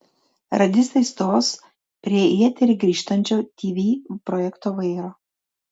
radistai stos prie į eterį grįžtančio tv projekto vairo